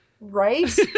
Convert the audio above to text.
Right